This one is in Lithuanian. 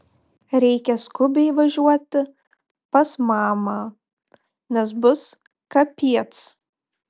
reikia skubiai važiuoti pas mamą nes bus kapiec